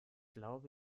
glaube